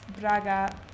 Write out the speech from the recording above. Braga